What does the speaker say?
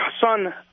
son